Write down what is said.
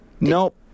Nope